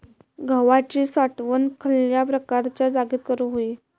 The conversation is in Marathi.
गव्हाची साठवण खयल्या प्रकारच्या जागेत करू होई?